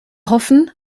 hoffen